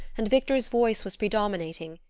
and victor's voice was predominating,